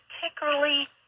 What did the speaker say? particularly